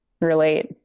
relate